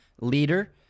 leader